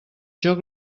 joc